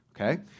okay